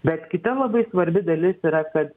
bet kita labai svarbi dalis yra kad